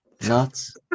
Nuts